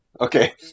Okay